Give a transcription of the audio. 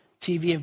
TV